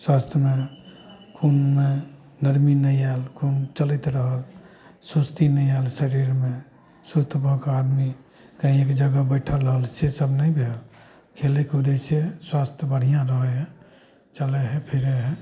स्वास्थ्यमे खुनमे नरमी नहि आयल खुन चलैत रहल सुस्ती नहि आयल शरीरमे सुस्त भऽ कऽ आदमी कहीँ भी एक जगह बैठल रहल से सब नै भेल खेलै कुदै से स्वास्थ्य बढ़ियाँ रहे हय चलै हय फिरै हय